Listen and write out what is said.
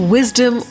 Wisdom